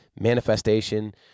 manifestation